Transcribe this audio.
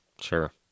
Sure